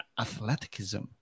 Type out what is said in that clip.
athleticism